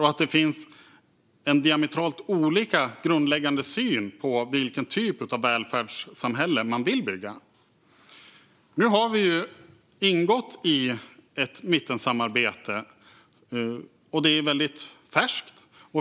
Det finns en grundläggande syn som diametralt skiljer sig åt vad gäller vilken typ av välfärdssamhälle man vill bygga. Vi har nu gått in i ett mittensamarbete. Det är väldigt färskt.